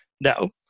No